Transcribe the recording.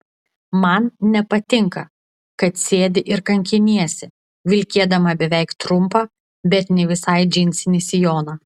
man nepatinka kad sėdi ir kankiniesi vilkėdama beveik trumpą bet ne visai džinsinį sijoną